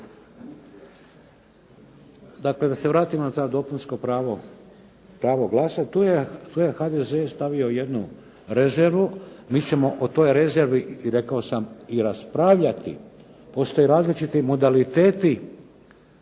Dakle, da se vratimo na to dopunsko pravo glasa. Tu je HDZ stavio jednu rezervu. Mi ćemo o toj rezervi rekao sam i raspravljati. Postoje različiti modaliteti